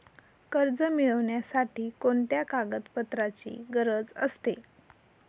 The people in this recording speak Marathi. कर्ज मिळविण्यासाठी कोणत्या कागदपत्रांची गरज असते?